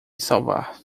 salvar